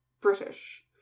British